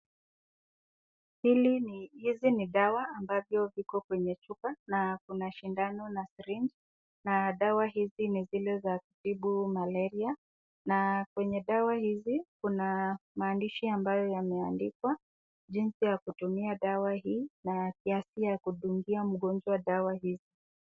Hizi ni dawa ambavyo viko kwenye chupa, na kuna sindano na syringe ,na dawa hizi ni zile za kutibu malaria na kwenye dawa hizi kuna maandishi ambayo yameandikwa jinsi ya kutumia dawa hii na ya kiasi ya kudungia mgonjwa dawa hii.